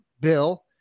Bill